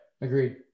Agreed